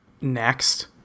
Next